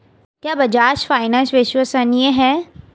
क्या बजाज फाइनेंस विश्वसनीय है?